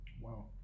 Wow